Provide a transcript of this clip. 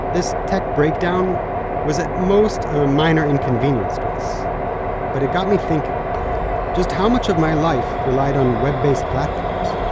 this tech breakdown was, at most, a minor inconvenience to us but it got me thinking just how much of my life relied on web-based platforms?